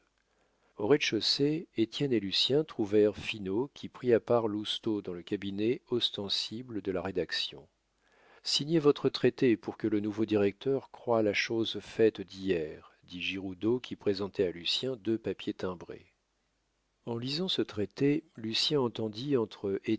au rez-de-chaussée étienne et lucien trouvèrent finot qui prit à part lousteau dans le cabinet ostensible de la rédaction signez votre traité pour que le nouveau directeur croie la chose faite d'hier dit giroudeau qui présentait à lucien deux papiers timbrés en lisant ce traité lucien entendit entre